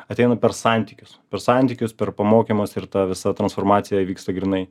ateina per santykius per santykius per pamokymus ir ta visa transformacija vyksta grynai